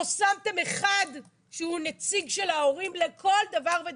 לא שמתם אחד שהוא נציג של ההורים לכל דבר ודבר.